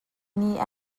nih